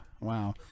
Wow